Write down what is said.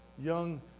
young